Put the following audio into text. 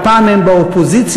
והפעם הם באופוזיציה,